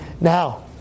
Now